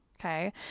Okay